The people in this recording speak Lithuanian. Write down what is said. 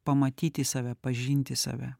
pamatyti save pažinti save